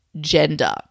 gender